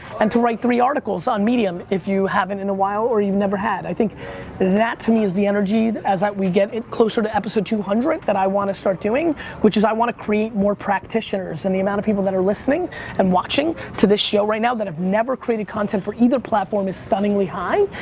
and to write three articles on medium if you haven't in a while or you never had. i think that, to me, is the energy as we get closer to episode two hundred that i wanna start doing which is i want to create more practitioners in the amount of people that are listening and watching to this show right now that have never created content for either platform is stunningly high,